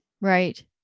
Right